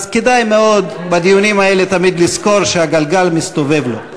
אז כדאי מאוד בדיונים האלה תמיד לזכור שהגלגל מסתובב לו.